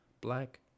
Black